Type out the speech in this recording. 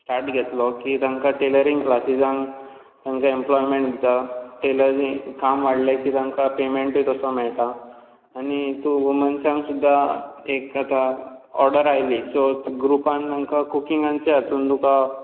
start घेतलो की तांकां टॅलरिंग क्लासिसांक तांकां एम्पलॉयमॅंट दिता काम वाडलें की तांकां पेमॅंटूय तसो मेळटा आनी तूं वुमन्सांक सुद्दा एक आतां ऑर्डर आयली सो ग्रुपांत तांकां कुकिंगाच्या हातूंत तुका